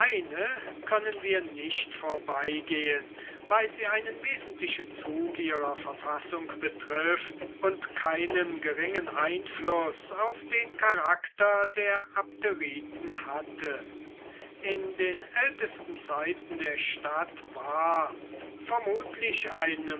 können wir nicht vorbeigehen weil sie einen wesentlichen zug ihrer verfassung betrifft und keinen geringen einfluß auf den charakter der abderiten hatte in den ältesten zeiten der stadt war vermutlich einem